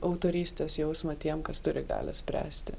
autorystės jausmą tiem kas turi galią spręsti